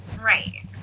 right